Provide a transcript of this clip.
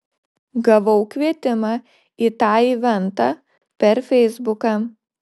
gavau kvietimą į tą eventą per feisbuką